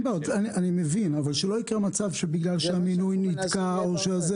אני מבין אבל שלא יקרה מצב שבגלל שהמינוי נתקע או משהו,